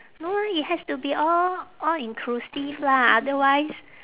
no lah it has to be all all inclusive lah otherwise